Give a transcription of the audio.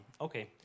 Okay